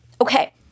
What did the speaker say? Okay